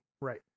Right